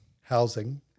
Housing